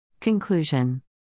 Conclusion